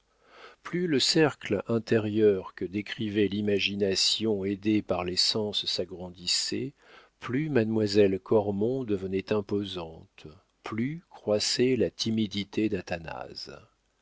plus le cercle intérieur que décrivait l'imagination aidée par les sens s'agrandissait plus mademoiselle cormon devenait imposante plus croissait la timidité d'athanase